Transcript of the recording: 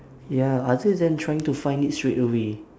ya other than trying to find it straightaway